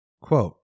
Quote